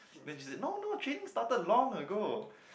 then she said no no training started long ago